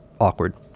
awkward